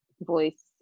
voice